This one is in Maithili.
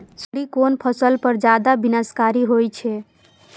सुंडी कोन फसल पर ज्यादा विनाशकारी होई छै?